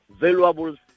valuables